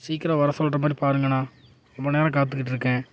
சீக்கிரம் வர சொல்கிற மாதிரி பாருங்கண்ணா ரொம்ப நேரம் காத்துக்கிட்டு இருக்கேன்